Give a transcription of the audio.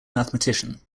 mathematician